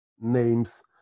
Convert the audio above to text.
names